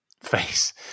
face